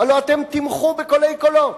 הלוא אתם תמחו בקולי קולות.